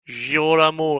girolamo